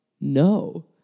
no